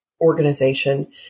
organization